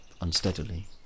unsteadily